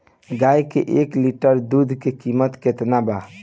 गाय के एक लीटर दुध के कीमत केतना बा?